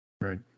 right